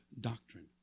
doctrine